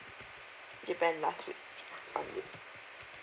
japan last week only